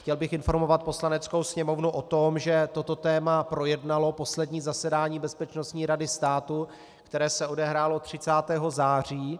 Chtěl bych informovat Poslaneckou sněmovnu o tom, že toto téma projednalo poslední zasedání Bezpečnostní rady státu, které se odehrálo 30. září.